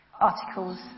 articles